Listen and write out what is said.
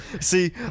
See